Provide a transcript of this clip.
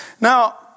Now